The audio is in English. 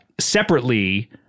Separately